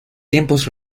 tiempos